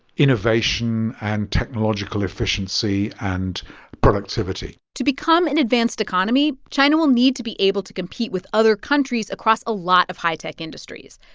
innovation and technological efficiency and productivity to become an advanced economy, china will need to be able to compete with other countries across a lot of high-tech industries.